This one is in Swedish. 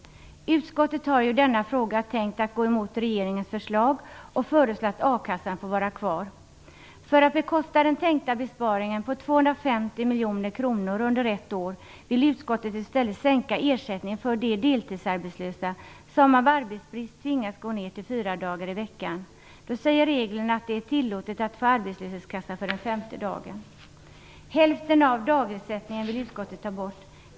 Utskottet har ju i denna fråga tänkt gå emot regeringens förslag och föreslår att a-kassan får vara kvar. För att bekosta den tänkta besparingen på 250 miljoner kronor under ett år vill utskottet i stället sänka ersättningen för de deltidsarbetslösa som av arbetsbrist tvingats gå ner till fyra dagar i veckan. Då säger reglerna att det är tillåtet att få arbetslöshetskassa för den femte dagen. Hälften av dagersättningen vill utskottet ta bort.